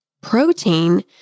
protein